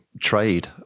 trade